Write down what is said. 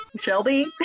Shelby